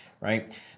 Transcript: right